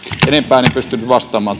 enempään en pysty nyt vastaamaan